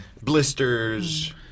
blisters